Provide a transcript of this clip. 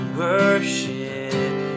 worship